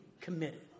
committed